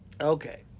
Okay